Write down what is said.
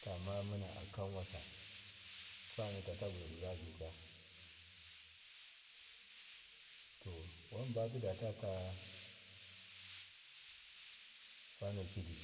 tamamu na akanwasa kwadega tataguza guzazuka to wanbatidaka kwanokidi